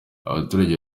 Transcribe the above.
abaturage